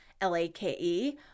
L-A-K-E